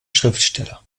schriftsteller